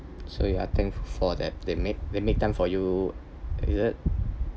so you are thankful for that they make they make time for you is it